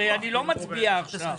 הרי, אני לא מצביע עכשיו.